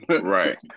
Right